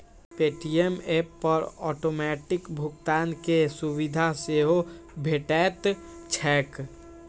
Paytm app पर automatic भुगतान के सुविधा सेहो भेटैत छैक